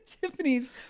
tiffany's